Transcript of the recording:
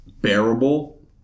bearable